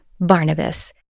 barnabas